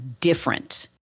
different